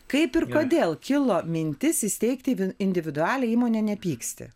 kaip ir kodėl kilo mintis įsteigti individualią įmonę nepyksti